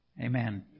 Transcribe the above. Amen